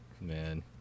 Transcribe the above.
Man